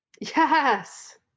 Yes